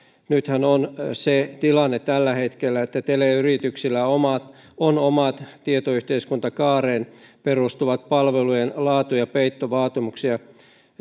nythän on se tilanne tällä hetkellä että teleyrityksillä on omat tietoyhteiskuntakaareen perustuvat palvelujen laatu ja peittovaatimuksia